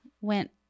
went